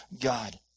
God